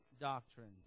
doctrines